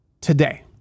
today